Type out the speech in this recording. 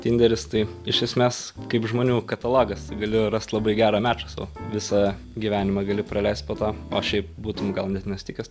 tinderis tai iš esmės kaip žmonių katalogas gali rast labai gerą mačą su visą gyvenimą gali praleist po to o šiaip būtum gal net nesutikęs